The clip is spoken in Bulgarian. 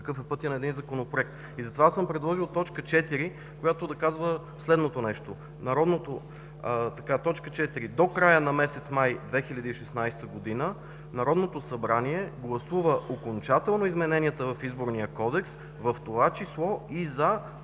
какъв е пътят на един законопроект. Затова аз съм предложил точка 4, която да казва следното нещо: „4. До края на месец май 2016 г. Народното събрание гласува окончателно измененията в Изборния кодекс, в това число и за